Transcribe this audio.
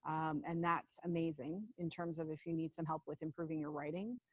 um and that's amazing in terms of if you need some help with improving your writing.